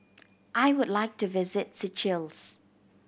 I would like to visit Seychelles